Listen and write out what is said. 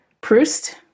Proust